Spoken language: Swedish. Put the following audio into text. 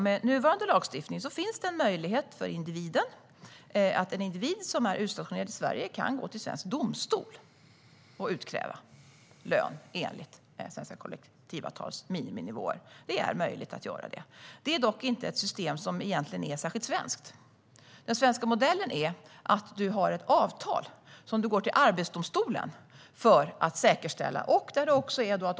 Med nuvarande lagstiftning finns det möjlighet för en individ som är utstationerad i Sverige att gå till svensk domstol och utkräva lön enligt svenska kollektivavtals miniminivåer. Detta är möjligt att göra. Det är dock inte ett system som egentligen är särskilt svenskt. Den svenska modellen bygger på att man har ett avtal som man går till Arbetsdomstolen för att säkerställa.